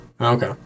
Okay